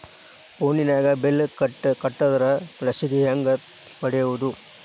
ಫೋನಿನಾಗ ಬಿಲ್ ಕಟ್ಟದ್ರ ರಶೇದಿ ಹೆಂಗ್ ಪಡೆಯೋದು?